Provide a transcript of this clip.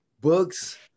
books